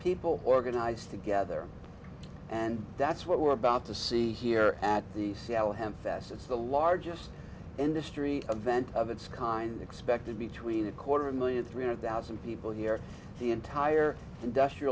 people organize together and that's what we're about to see here at the seattle him fast it's the largest industry event of its kind expected between a quarter and three hundred thousand people here the entire industr